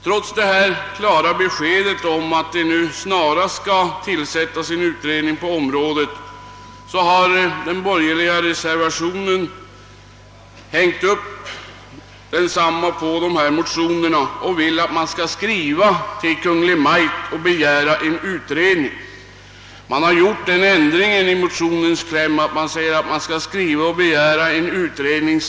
Trots det klara beskedet har de borgerliga reservanterna hängt upp sin reservation på motionerna och vill att riksdagen skall skriva till Kungl. Maj:t och begära en utredning. De har gjort den ändringen i motionens kläm att de yrkar på en skyndsam utredning.